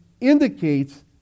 indicates